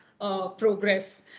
progress